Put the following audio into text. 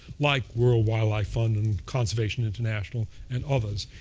like world wildlife fund and conservation international and others,